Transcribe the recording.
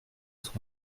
cent